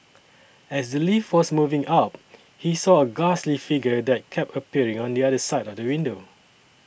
as the lift was moving up he saw a ghastly figure that kept appearing on the other side of the window